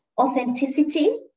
authenticity